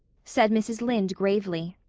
said mrs. lynde gravely.